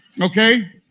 Okay